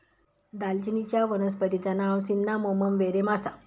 दालचिनीचच्या वनस्पतिचा नाव सिन्नामोमम वेरेम आसा